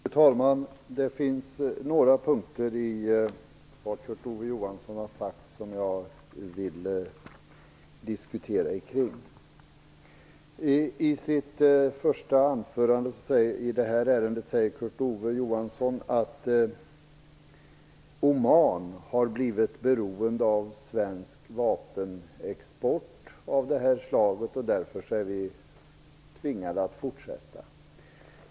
Fru talman! Jag vill diskutera några av de punkter som Kurt Ove Johansson har tagit upp. I sitt första anförande i detta ärende säger Kurt Ove Johansson att Oman har blivit beroende av svensk vapenexport av det här slaget och att vi därför är tvingade att fortsätta exportera.